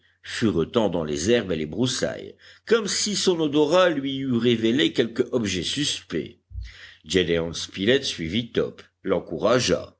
furetant dans les herbes et les broussailles comme si son odorât lui eût révélé quelque objet suspect gédéon spilett suivit top l'encouragea